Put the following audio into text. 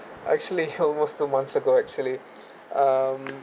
actually almost two months ago actually um